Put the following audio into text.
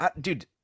dude